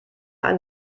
ein